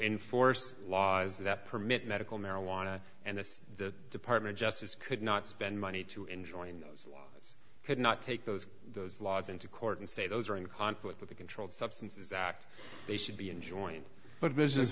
enforce laws that permit medical marijuana and this the department justice could not spend money to enjoy knows a lot could not take those those laws into court and say those are in conflict with the controlled substances act they should be enjoined but business